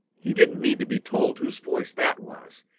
he didn't need to be told whose voice that was.